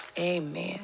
Amen